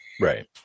Right